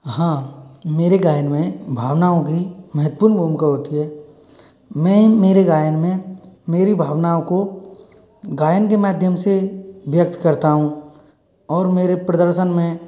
हाँ मेरे गायन में भावनाओं की महत्वपूर्ण भूमिका होती है मैं मेरे गायन में मेरी भावनाओं को गायन के माध्यम से व्यक्त करता हूँ और मेरे प्रदर्शन में